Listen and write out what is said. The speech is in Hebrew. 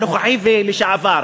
הנוכחי ולשעבר.